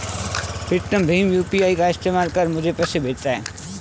प्रीतम भीम यू.पी.आई का इस्तेमाल कर मुझे पैसे भेजता है